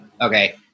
Okay